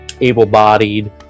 able-bodied